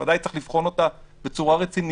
ודאי צריך לבחון אותה בצורה רצינית.